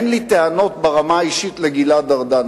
אין לי טענות ברמה האישית לגלעד ארדן.